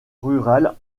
rural